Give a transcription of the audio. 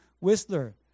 Whistler